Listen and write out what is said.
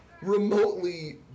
remotely